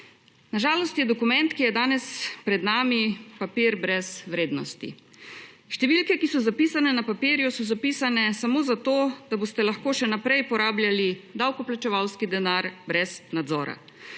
Na žalost je dokument, ki je danes pred nami, papir brez vrednosti. Številke, ki so zapisane na papirju, so zapisane samo zato, da boste lahko še naprej porabljali davkoplačevalski denar brez nadzora.